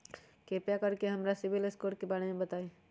कृपा कर के हमरा सिबिल स्कोर के बारे में बताई?